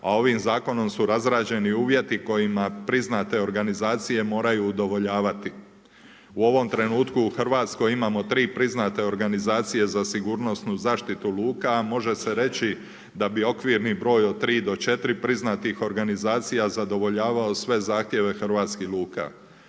a ovim zakonom su razrađeni uvjeti, kojima priznate organizacije moraju udovoljavati. U ovom trenutku u Hrvatskoj imamo 3 priznate organizacije za sigurnosnu zaštitu luka, a može se reći da bi okvirni broj od 3 do 4 priznatih organizacija zadovoljavao sve zahtjeve hrvatskih luka.